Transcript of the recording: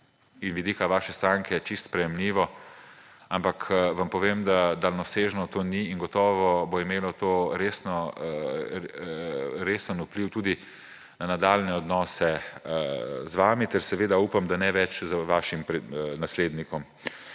z vidika vaše stranke, čisto sprejemljivo, ampak vam povem, da daljnosežno to ni; in gotovo bo imelo to resen vpliv tudi na nadaljnje odnose z vami, ter seveda upam, da ne več z vašim naslednikom.